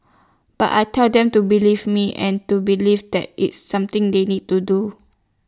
but I tell them to believe me and to believe that it's something they need to do